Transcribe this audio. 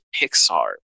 Pixar